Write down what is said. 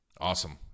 Awesome